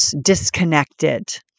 disconnected